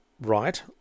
right